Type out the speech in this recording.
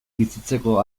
bizitzeko